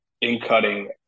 in-cutting